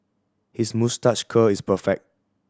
his moustache curl is perfect